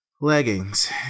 Leggings